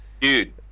Dude